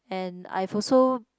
and I've also